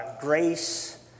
grace